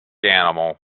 animal